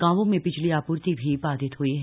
गांवों में बिजली आपूर्ति भी बाधित हुई है